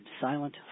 silent